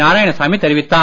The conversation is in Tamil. நாராயணசாமி தெரிவித்தார்